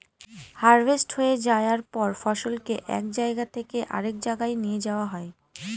harvest হয়ে যায়ার পর ফসলকে এক জায়গা থেকে আরেক জাগায় নিয়ে যাওয়া হয়